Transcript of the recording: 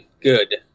good